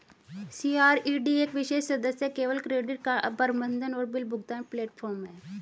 CRED एक विशेष सदस्य केवल क्रेडिट कार्ड प्रबंधन और बिल भुगतान प्लेटफ़ॉर्म है